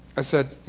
i said,